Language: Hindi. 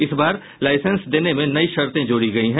इस बार लाइसेंस देने में नयी शर्तें जोड़ी गयी है